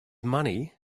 money